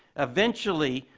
eventually,